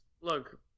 look